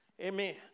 Amen